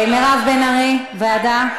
מירב בן ארי, ועדה?